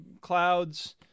clouds